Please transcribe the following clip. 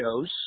shows